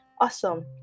awesome